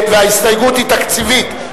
ההסתייגות היא תקציבית,